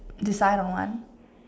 decide on one